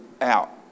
out